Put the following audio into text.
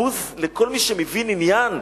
בוז לכל מי שמבין עניין.